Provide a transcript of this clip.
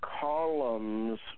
columns